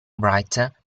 writer